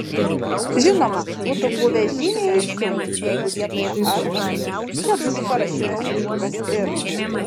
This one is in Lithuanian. žinoma būtų buvę žymiai aiškiau jeigu vietoje ar čia būtų parašytas jungtukas ir